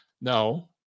No